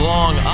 Long